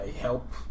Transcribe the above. help